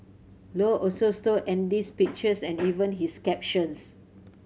low also stole Andy's pictures and even his captions